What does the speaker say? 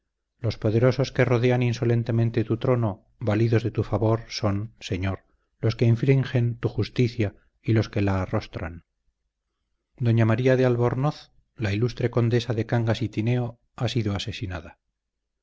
los poderosos que rodean insolentemente tu trono validos de tu favor son señor los que infringen tu justicia y los que la arrostran doña maría de albornoz la ilustre condesa de cangas y tineo ha sido asesinada